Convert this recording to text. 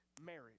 marriage